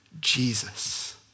Jesus